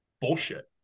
bullshit